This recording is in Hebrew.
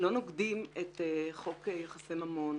לא נוגדים את חוק יחסי ממון.